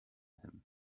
him